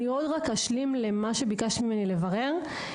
ביקשת ממני לברר.